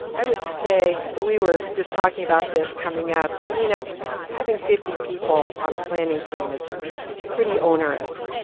i would say we were just talking about this coming up. you know having fifty people on a planning team is pretty onerous.